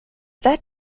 that